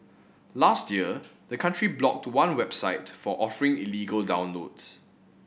last year the country blocked to one website for offering illegal downloads